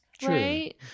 Right